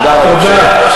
תודה רבה.